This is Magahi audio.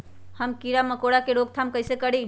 हम किरा मकोरा के रोक थाम कईसे करी?